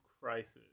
Crisis